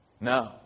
No